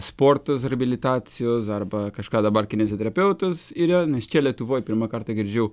sportas reabilitacijos arba kažką dabar kineziterapeutas yra nes čia lietuvoj pirmą kartą girdžiu